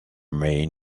may